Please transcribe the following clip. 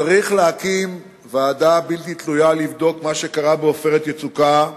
צריך להקים ועדה בלתי תלויה לבדוק מה שקרה ב"עופרת יצוקה",